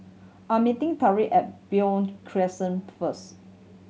I'm meeting Tyriq at Beo Crescent first